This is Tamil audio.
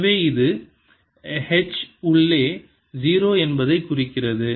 எனவே இது H உள்ளே 0 என்பதை குறிக்கிறது